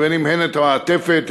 הן את המעטפת,